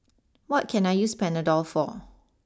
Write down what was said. what can I use Panadol for